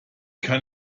kann